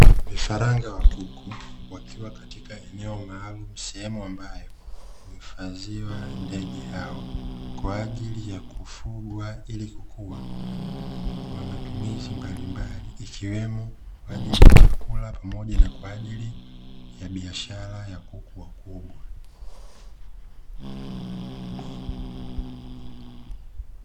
Vifaranga wa kuku wakiwa katika eneo maalumu, sehemu ambayo huifadhiwa ndege hao kwaajili ya kufugwa ili kukua kwa matumizi mbalimbali zikiwemo; Kwaajili ya chakula pamoja na kwaajili ya biashara ya kuku wakubwa.